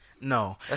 No